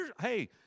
hey